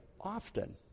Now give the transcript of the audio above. often